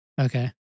Okay